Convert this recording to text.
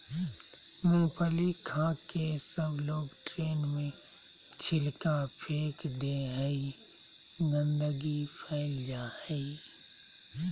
मूँगफली खाके सबलोग ट्रेन में छिलका फेक दे हई, गंदगी फैल जा हई